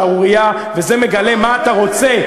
ושערורייה וזה מגלה מה אתה רוצה.